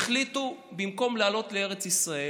במקום לעלות לארץ ישראל